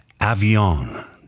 avion